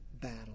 battle